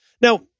Now